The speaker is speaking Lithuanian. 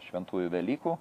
šventųjų velykų